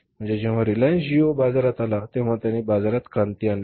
म्हणजे जेव्हा रिलायन्स JIO बाजारात आला तेव्हा त्याने बाजारात क्रांती आणली